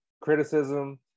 criticism